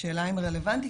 השאלה אם רלוונטי,